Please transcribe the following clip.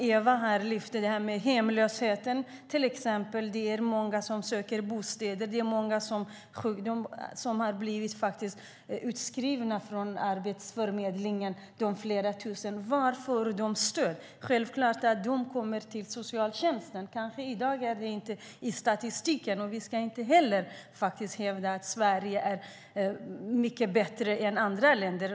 Eva lyfte upp hemlösheten. Det är många som söker bostad. Många har blivit utskrivna från Arbetsförmedlingen. Var får de stöd? De kommer naturligtvis till socialtjänsten. I dag finns de kanske inte i statistiken. Vi ska inte hävda att Sverige är mycket bättre än andra länder.